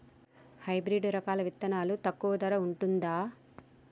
Hybrid రకాల విత్తనాలు తక్కువ ధర ఉంటుందా?